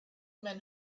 men